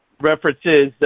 references